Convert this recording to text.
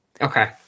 Okay